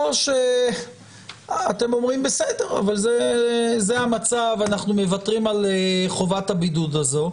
או שאתם אומרים שזה המצב ואתם מוותרים על חובת הבידוד הזו,